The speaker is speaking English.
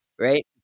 right